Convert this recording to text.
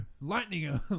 lightning